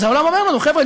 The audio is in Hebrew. אז העולם אומר לנו: חבר'ה,